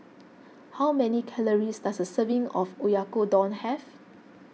how many calories does a serving of Oyakodon have